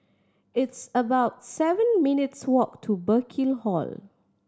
it's about seven minutes' walk to Burkill Hall